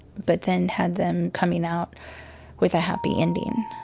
but then had them coming out with a happy ending.